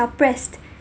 suppressed